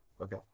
Okay